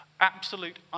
Absolute